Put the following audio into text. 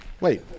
Wait